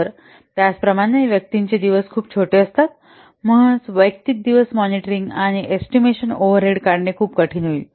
तर त्याचप्रमाणे व्यक्तीचे दिवस खूप छोटे असतात म्हणूनच वैयक्तिक दिवस मॉनिटरिंग आणि एस्टिमेशन ओव्हरहेड काढणे खूप कठीण होईल